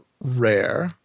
rare